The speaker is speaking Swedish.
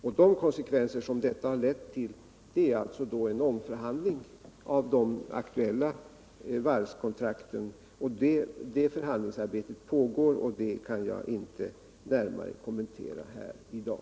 Och de konsekvenser som detta har lett till är en omförhandling av de aktuella varvskontrakten. Det förhandlingsarbetet pågår, och det kan jag inte närmare kommentera i dag.